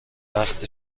وقت